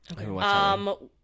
Okay